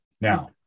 Now